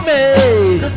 Cause